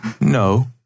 no